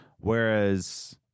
Whereas